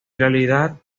realidad